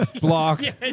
Blocked